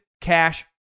Cash